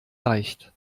leicht